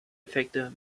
effekte